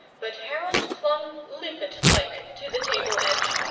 but harold clung limpet-like to the table edge,